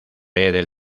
del